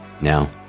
Now